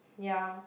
yea